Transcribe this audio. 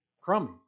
crummy